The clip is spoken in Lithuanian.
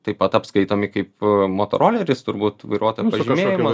taip pat apskaitomi kaip motoroleris turbūt vairuotojo pažymėjimo